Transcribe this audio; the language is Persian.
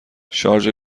شارژ